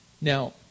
Now